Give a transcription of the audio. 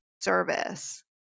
service